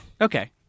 Okay